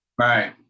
Right